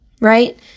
Right